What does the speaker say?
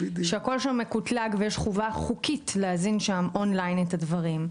שהכול שם מקוטלג ויש חובה חוקית להזין שם אונליין את הדברים.